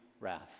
wrath